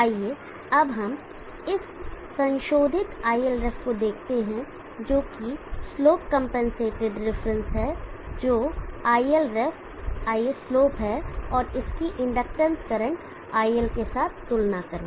आइये अब हम इस संशोधित ILref को देखते हैं जो कि स्लोप कंपनसेटेड रिफरेंस है जो ILref Islope है और इसकी इंडक्टेंस करंट IL के साथ तुलना करें